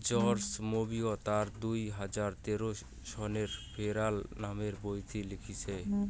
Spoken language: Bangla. জর্জ মবিয় তার দুই হাজার তেরো সনের ফেরাল নামের বইয়ত লিখিচেন